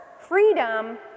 freedom